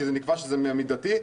כי נקבע שזה מידתי,